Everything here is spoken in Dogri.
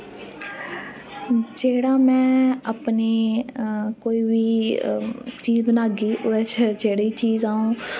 जेह्ड़ा में अपने कोई वी चीज बनागी ओह् जेह्ड़ी चीज आऊं